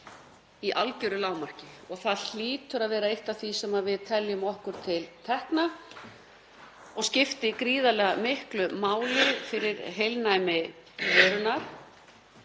í algeru lágmarki og það hlýtur að vera eitt af því sem við teljum okkur til tekna og skiptir gríðarlega miklu máli fyrir heilnæmi vörunnar.